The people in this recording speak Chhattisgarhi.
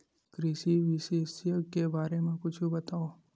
कृषि विशेषज्ञ के बारे मा कुछु बतावव?